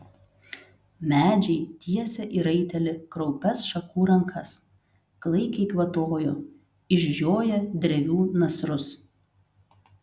medžiai tiesė į raitelį kraupias šakų rankas klaikiai kvatojo išžioję drevių nasrus